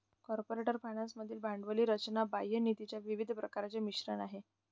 corporate finance मधील भांडवली रचना बाह्य निधीच्या विविध प्रकारांचे मिश्रण आहे